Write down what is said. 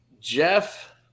Jeff